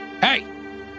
Hey